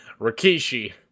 Rikishi